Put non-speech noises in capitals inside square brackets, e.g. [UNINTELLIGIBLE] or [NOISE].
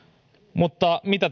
mutta mitä [UNINTELLIGIBLE]